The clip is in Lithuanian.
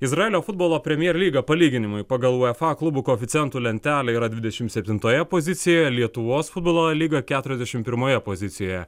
izraelio futbolo premjer lyga palyginimui pagal uefa klubų koeficientų lentelę yra dvidešimt septintoje pozicijoje lietuvos futbolo lyga keturiasdešimt pirmoje pozicijoje